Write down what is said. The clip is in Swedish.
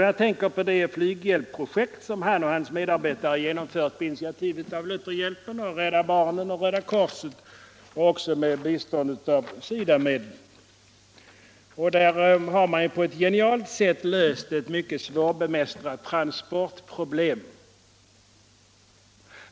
Jag tänker på det flyghjälpsprojekt som han och hans medarbetare genomfört på initiativ av Lutherhjälpen, Rädda barnen och Röda korset och också med bistånd av SIDA medel.